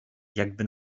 jakby